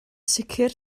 sicr